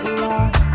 lost